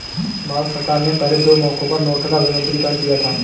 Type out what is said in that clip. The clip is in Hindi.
भारत सरकार ने पहले दो मौकों पर नोटों का विमुद्रीकरण किया था